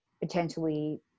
potentially